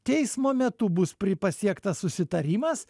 teismo metu bus pri pasiektas susitarimas